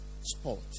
sport